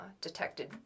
detected